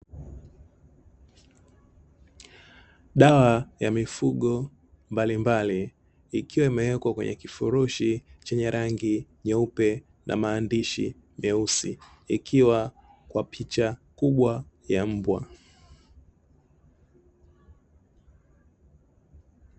Dawa ya mifugo mbalimbali, ikiwa imewekwa kwenye kifurushi chenye rangi nyeupe na maandishi meusi ikiwa kwa picha kubwa ya mbwa.